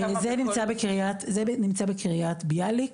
זה נמצא בקרית ביאליק.